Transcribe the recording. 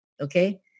okay